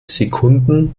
sekunden